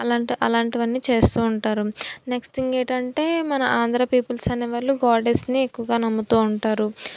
అలాంటి అలాంటివి అన్నీ చేస్తూ ఉంటారు నెక్స్ట్ థింగ్ ఏంటంటే మన ఆంధ్ర పీపుల్స్ అనేవాళ్ళు గాడెస్ని ఎక్కువగా నమ్ముతూ ఉంటారు